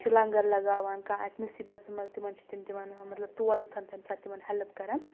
چھِ لنٛگَر لگاوان کانٛہہ اَسہِ مُصیٖبتَس منٛز تِمَن چھِ تِم تِمَن مطلب تور گژھان تَمہِ ساتہٕ تِمَن ہیلٕپ کَران